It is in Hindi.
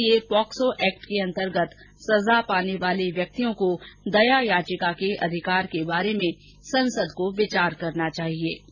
इसीलिए पॉक्सो एक्ट के अंतर्गत सजा पाने वाले व्यक्तियों को दया याचिका के अधिकार के बारे में संसद को विचार करना चाहिए